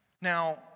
Now